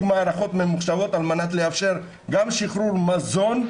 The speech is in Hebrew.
מערכות ממוחשבות על מנת לאפשר גם שחרור מזון,